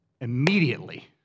immediately